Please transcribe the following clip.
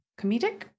comedic